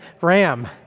ram